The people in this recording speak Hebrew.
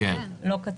לא קצבנו.